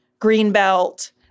Greenbelt